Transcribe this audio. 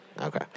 Okay